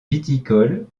viticole